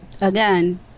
Again